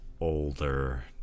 older